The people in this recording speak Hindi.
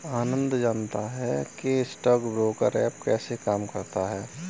आनंद जानता है कि स्टॉक ब्रोकर ऐप कैसे काम करता है?